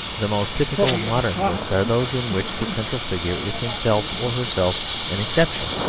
the most typical modern books are those in which the central figure is himself or herself an exception,